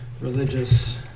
religious